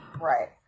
Right